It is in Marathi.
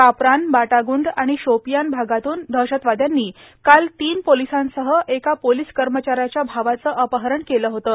कापरान बाटागुंड आणि शोपिया भागातून दहशतवाद्यांनी काल तीन पोलिसांसह एका पोलीस कर्मचाऱ्याच्या भावाचं अपहरण केलं होतं